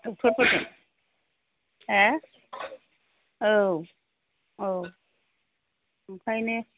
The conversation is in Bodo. डक्ट'र फोरजों मा औ औ बेनिखायनो